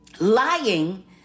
lying